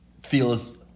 feels